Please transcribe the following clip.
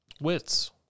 WITS